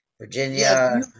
Virginia